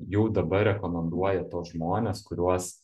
jau dabar rekomenduojat tuos žmones kuriuos